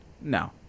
No